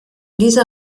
dieser